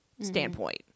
standpoint